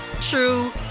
true